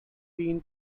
bean